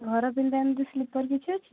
ଘର ପିନ୍ଧା ପିନ୍ଧି ସ୍ଳିପର୍ କିଛି ଅଛି